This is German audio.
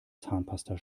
zahnpasta